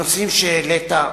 הנושאים שהעלית,